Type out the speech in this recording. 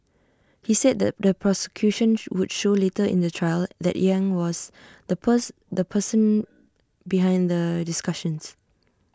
he said the the prosecution would show later in the trial that yang was the the person behind the discussions